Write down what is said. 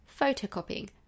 photocopying